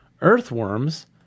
Earthworms